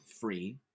free